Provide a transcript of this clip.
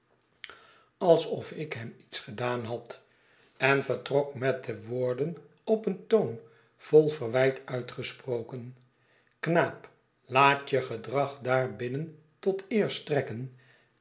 alsof ik hem iets gedaan had en vertrok met de woorden op een toon vol verwijt uitgesproken knaap laat je gedrag daar binnen tot eer strekken